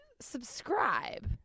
subscribe